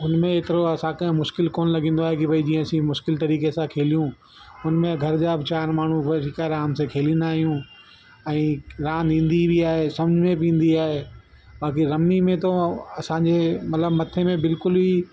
उनमें एतिरो असांखे मुश्किलु कोन लॻंदो आहे की भई जीअं असी मुश्किलु तरीक़े सां खेलियूं उनमें घर जा बि चार माण्हू वधीक आराम से खेलींदा आहियूं ऐं रांदि ईंदी बि आहे समुझ में बि ईंदी आहे बाक़ी रमी में तो असांजे मतलबु मथे में बिल्कुल ई